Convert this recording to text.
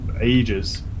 ages